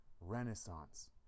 renaissance